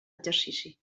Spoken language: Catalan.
exercici